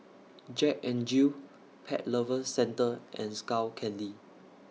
Jack N Jill Pet Lovers Centre and Skull Candy